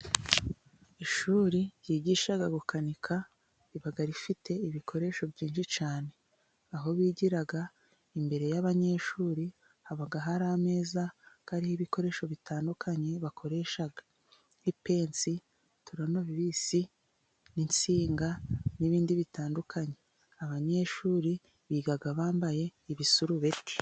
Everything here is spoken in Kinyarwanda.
Ishuri ryigisha gukanika, riba rifite ibikoresho byinshi cyane, aho bigira imbere y'abanyeshuri haba hari ameza hariho ibikoresho bitandukanye, bakoresha ipensi, toronovisi, insinga, n'ibindi bitandukanye. Abanyeshuri biga bambaye ibisurubeti.